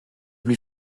plus